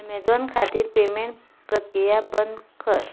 Amazon खातीर payment प्रक्रिया बंद कर